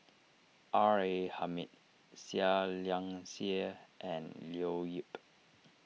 R A Hamid Seah Liang Seah and Leo Yip